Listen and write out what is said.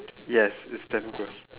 yes it's damn gross